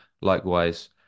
Likewise